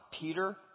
Peter